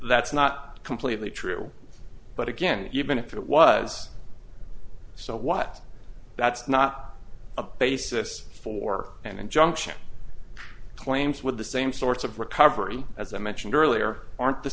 that's not completely true but again even if it was so what that's not a basis for an injunction claims with the same sorts of recovery as i mentioned earlier aren't the